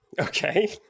Okay